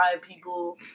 people